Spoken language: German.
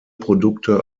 produkte